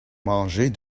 manger